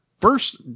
first